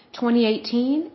2018